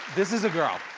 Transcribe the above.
this is a girl.